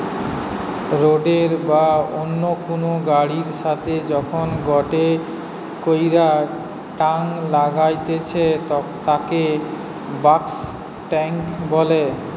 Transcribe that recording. রোডের বা অন্য কুনু গাড়ির সাথে যখন গটে কইরা টাং লাগাইতেছে তাকে বাল্ক টেংক বলে